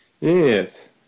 Yes